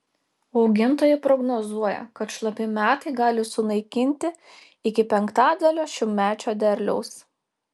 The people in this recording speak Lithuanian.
augintojai prognozuoja kad šlapi metai gali sunaikinti iki penktadalio šiųmečio derliaus